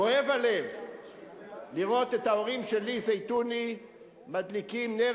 כואב הלב לראות את ההורים של לי זיתוני מדליקים נר